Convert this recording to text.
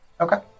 Okay